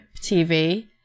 TV